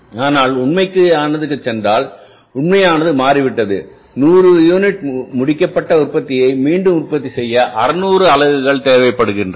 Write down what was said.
ஆனால் நீங்கள் உண்மையானதுக்குச் சென்றால் உண்மையானதுமாறிவிட்டது 100 யூனிட் முடிக்கப்பட்ட உற்பத்தியை மீண்டும் உற்பத்தி செய்ய 600 அலகுகள் தேவைப்படுகிறது